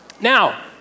Now